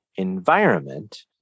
environment